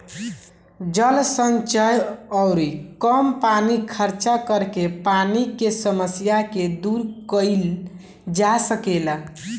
जल संचय अउरी कम पानी खर्चा करके पानी के समस्या के दूर कईल जा सकेला